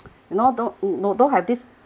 no don't no don't have this